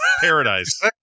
Paradise